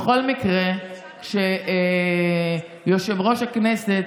בכל מקרה, כשיושב-ראש הכנסת,